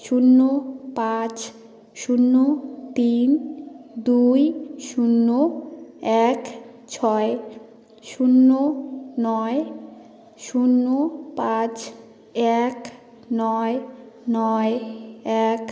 শূন্য পাঁচ শূন্য তিন দুই শূন্য এক ছয় শূন্য নয় শূন্য পাঁচ এক নয় নয় এক